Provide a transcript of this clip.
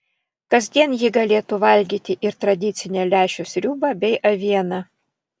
kasdien ji galėtų valgyti ir tradicinę lęšių sriubą bei avieną